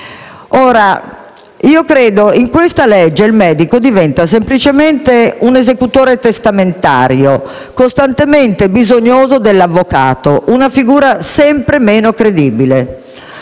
medico, che però in questa legge diventa semplicemente un esecutore testamentario, costantemente bisognoso dell'avvocato, una figura sempre meno credibile.